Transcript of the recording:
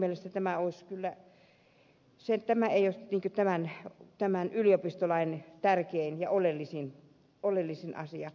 mutta minun mielestäni tämä ei ole yliopistolain tärkein ja oleellisin asia